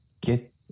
get